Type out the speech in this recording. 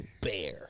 bear